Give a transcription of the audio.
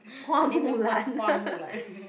Hua-Mu-Lan